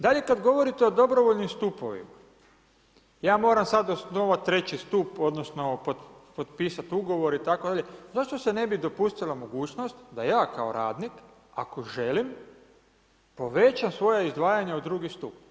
Dalje, kada govorite o dobrovoljnim stupovima, ja moram sada osnovati 3 stup, odnosno, potpisati ugovor itd. zašto se ne bi dopustila mogućnost, da ja kao radnik ako želim povećam svoja izdvajanja u drugi stup.